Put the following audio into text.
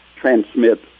transmit